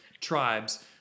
Tribes